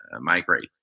migrate